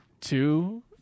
two